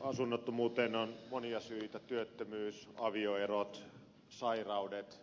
asunnottomuuteen on monia syitä työttömyys avioerot sairaudet